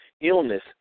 illness